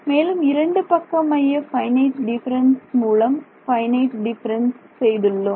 மேலும் இரண்டு பக்க மைய ஃபைனைட் டிஃபரன்ஸ் மூலம் ஃபைனைட் டிஃபரென்ஸ் செய்துள்ளோம்